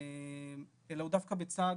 אלא הוא דווקא בצד